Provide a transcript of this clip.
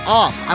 off